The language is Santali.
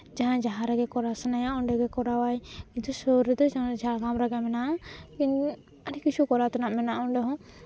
ᱡᱟᱦᱟᱸᱭ ᱡᱟᱦᱟᱸ ᱨᱮᱜᱮ ᱠᱚᱨᱟᱣ ᱥᱟᱱᱟᱭᱟ ᱚᱸᱰᱮᱜᱮ ᱠᱚᱨᱟᱣ ᱟᱭ ᱠᱤᱱᱛᱩ ᱥᱩᱨ ᱨᱮᱫᱚ ᱡᱷᱟᱲᱜᱨᱟᱢ ᱨᱮᱜᱮ ᱢᱮᱱᱟᱜᱼᱟ ᱟᱹᱰᱤ ᱠᱤᱪᱷᱩ ᱠᱚᱨᱟᱣ ᱛᱮᱱᱟᱜ ᱢᱮᱱᱟᱜᱼᱟ ᱚᱸᱰᱮ ᱦᱚᱸ